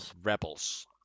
Rebels